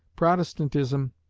protestantism,